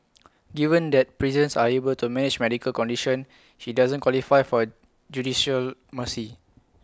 given that prisons are able to manage medical condition he doesn't qualify for judicial mercy